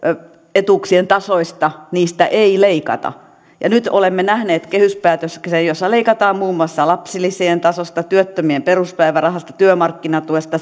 etuuksien tasoista ei leikata ja nyt olemme nähneet kehyspäätöksen jossa leikataan muun muassa lapsilisien tasosta työttömien peruspäivärahasta työmarkkinatuesta